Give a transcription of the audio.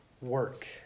Work